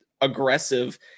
aggressive